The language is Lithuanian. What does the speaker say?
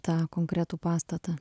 tą konkretų pastatą